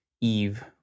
Eve